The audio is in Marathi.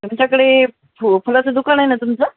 तुमच्याकडे फु फुलाचं दुकान आहे ना तुमचं